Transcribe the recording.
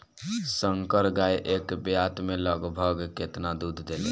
संकर गाय एक ब्यात में लगभग केतना दूध देले?